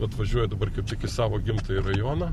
vat važiuoju dabar kaip tik į savo gimtąjį rajoną